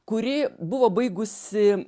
kuri buvo baigusi